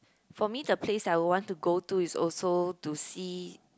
for me the place that I would want to go to is also to see